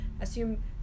assume